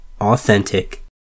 authentic